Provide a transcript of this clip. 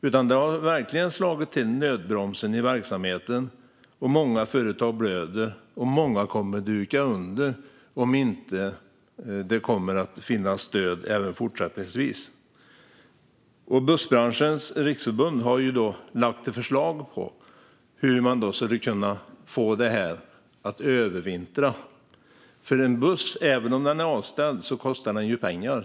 Nödbromsen har verkligen slagit till i verksamheten. Många företag blöder, och många kommer att duka under om det inte kommer att finnas stöd även fortsättningsvis. Svenska Bussbranschens Riksförbund har lagt fram ett förslag på hur man skulle kunna övervintra. En buss kostar ju pengar även om den är avställd.